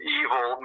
evil